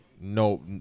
no